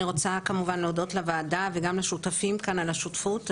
אני רוצה כמובן להודות לוועדה וגם לשותפים כאן על השותפות.